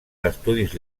d’estudis